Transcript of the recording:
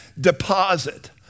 deposit